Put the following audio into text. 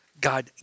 God